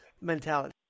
mentality